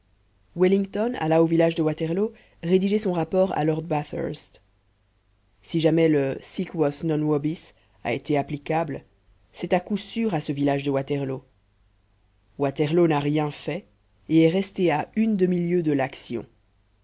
wellington alla au village de waterloo rédiger son rapport à lord bathurst si jamais le sic vos non vobis a été applicable c'est à coup sûr à ce village de waterloo waterloo n'a rien fait et est resté à une demi-lieue de